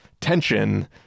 tension